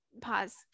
pause